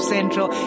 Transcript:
Central